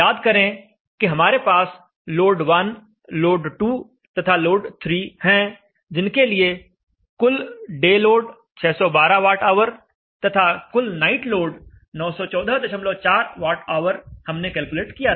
याद करें कि हमारे पास लोड 1 लोड 2 तथा लोड 3 हैं जिनके लिए कुल डे लोड 612 वाट ऑवर तथा कुल नाईट लोड 9144 वाट ऑवर हमने कैलकुलेट किया था